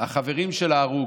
החברים של ההרוג.